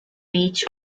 beach